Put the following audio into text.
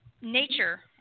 nature